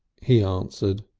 he answered.